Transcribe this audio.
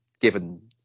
given